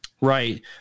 Right